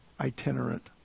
itinerant